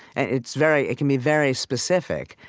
and it's very it can be very specific.